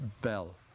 bell